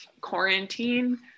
quarantine